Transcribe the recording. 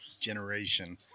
generation